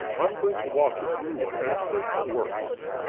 i'm going to walk you through one and explain how it works.